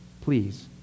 Please